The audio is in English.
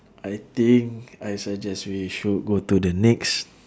I think I suggest we should go to the next